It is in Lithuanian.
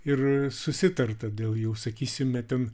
ir susitarta dėl jų sakysime ten